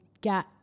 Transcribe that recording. get